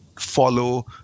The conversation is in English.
follow